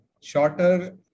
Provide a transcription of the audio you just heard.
shorter